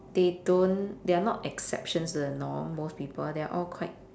they don't they are not exceptions to the norm most people they're all quite